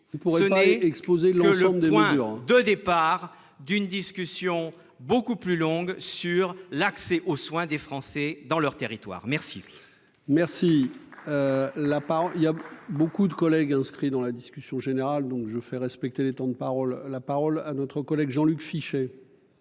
exposé le long point de départ d'une discussion beaucoup plus longue sur l'accès aux soins des Français dans leur territoire, merci.